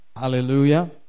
Hallelujah